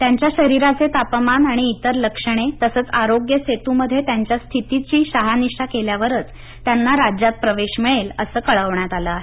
त्यांच्या शरीराचे तापमान आणि इतर लक्षणे तसेच आरोग्य सेतू मध्ये त्यांच्या स्थितीची शहानिशा केल्यावरच त्यांना राज्यात प्रवेश मिळेल असे कळवण्यात आले आहे